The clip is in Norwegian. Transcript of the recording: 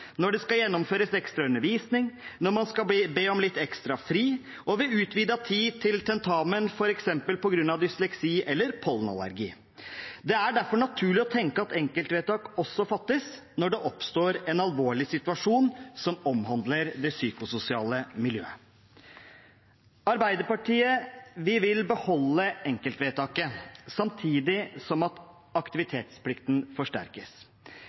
når det skal gjennomføres ekstra undervisning, når man skal be om litt ekstra fri, og ved utvidet tid på tentamen, f.eks. på grunn av dysleksi eller pollenallergi. Det er derfor naturlig å tenke at enkeltvedtak også fattes når det oppstår en alvorlig situasjon som omhandler det psykososiale miljøet. Arbeiderpartiet vil beholde enkeltvedtaket samtidig som aktivitetsplikten forsterkes.